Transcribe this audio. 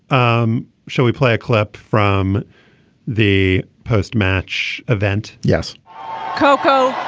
um shall we play a clip from the post match event yes coco.